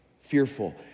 fearful